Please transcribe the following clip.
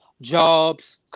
Jobs